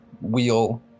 wheel